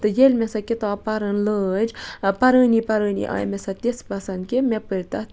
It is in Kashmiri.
تہٕ ییٚلہِ مےٚ سۄ کِتاب پَرٕنۍ لٲجۍ پَرٲنی پَرٲنی آیہِ مےٚ سۄ تِژھ پَسَنٛد کہ مےٚ پٔر تَتھ